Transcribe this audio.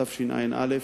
תשע"א,